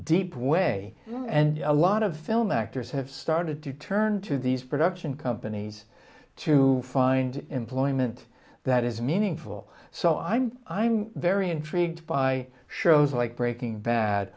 deep way and a lot of film actors have started to turn to these production companies to find employment that is meaningful so i'm i'm very intrigued by shows like breaking bad